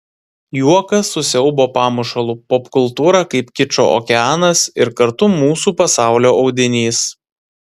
juokas su siaubo pamušalu popkultūra kaip kičo okeanas ir kartu mūsų pasaulio audinys